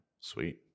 sweet